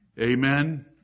Amen